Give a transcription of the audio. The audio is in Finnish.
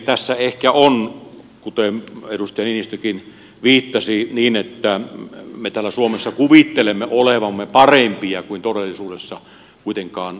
tässä ehkä on niin kuten edustaja niinistökin viittasi että me täällä suomessa kuvittelemme olevamme parempia kuin todellisuudessa kuitenkaan olemme